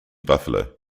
buffalo